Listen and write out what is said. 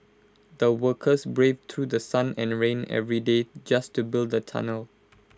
the workers braved through sun and rain every day just to build the tunnel